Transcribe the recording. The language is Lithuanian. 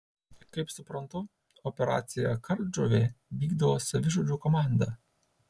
kaip suprantu operaciją kardžuvė vykdo savižudžių komanda